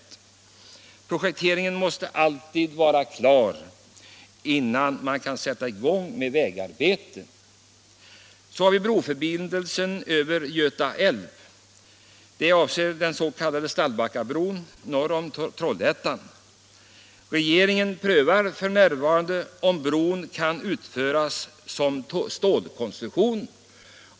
teringen måste alltid vara klar innan man kan sätta i gång med vägarbeten. Så har vi broförbindelsen över Göta älv. Här avses den s.k. Stallbackabron norr om Trollhättan. Regeringen prövar f.n. om bron kan utföras som stålkonstruktion.